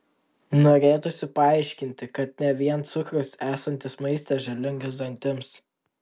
norėtųsi paaiškinti kad ne vien cukrus esantis maiste žalingas dantims